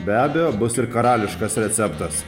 be abejo bus ir karališkas receptas